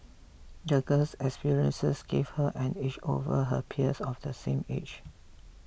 the girl's experiences gave her an edge over her peers of the same age